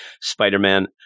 Spider-Man